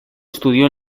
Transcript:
estudió